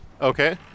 Okay